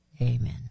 Amen